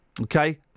okay